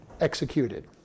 executed